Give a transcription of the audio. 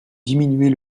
diminuer